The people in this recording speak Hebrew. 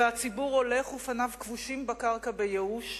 והציבור הולך ופניו כבושים בקרקע בייאוש.